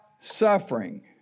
suffering